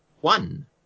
one